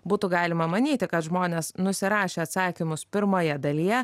būtų galima manyti kad žmonės nusirašė atsakymus pirmoje dalyje